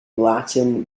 latin